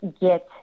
get